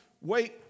wait